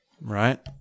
right